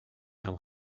een